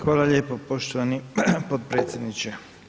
Hvala lijepo poštovani potpredsjedniče.